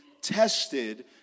tested